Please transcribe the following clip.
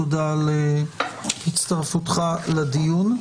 תודה על הצטרפותך לדיון.